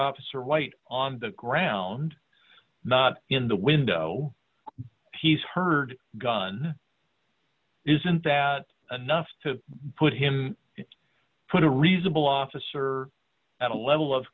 officer white on the ground not in the window he's heard gun isn't that enough to put him put a reasonable officer at a level of